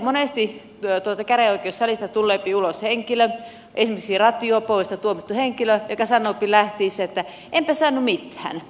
monesti tuolta käräjäoikeussalista tuleepi ulos henkilö esimerkiksi rattijuoppoudesta tuomittu henkilö joka sanoo lähtiessään enpä saanut mitään